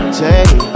take